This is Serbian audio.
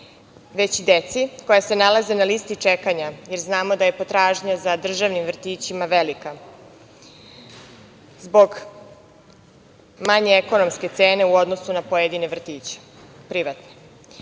već deci koja se nalaze na lisi čekanja, jer znamo da je potražnja za državnim vrtićima velika zbog manje ekonomske cene u odnosu na pojedine vrtiće privatne. Prioritet